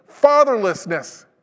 fatherlessness